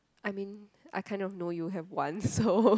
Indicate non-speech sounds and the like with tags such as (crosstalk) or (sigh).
I mean I kind of know you have one so (laughs)